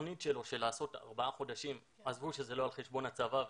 התוכנית שלו לעשות 4 חודשים לפני הגיוס עזבו שזה לא על חשבון הצבא,